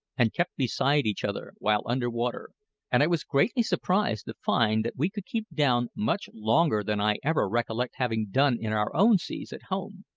and kept beside each other while under water and i was greatly surprised to find that we could keep down much longer than i ever recollect having done in our own seas at home.